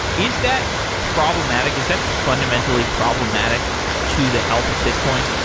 is that problematic? is that a fundamentally problematic to the health of bitcoin?